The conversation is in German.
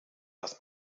dass